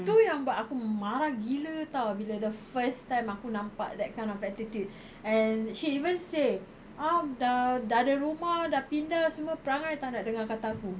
tu yang buat aku marah gila [tau] bila the first time aku nampak that kind of attitude and she even say um dah dah ada rumah dah pindah semua perangai tak nak dengar kata aku